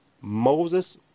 Moses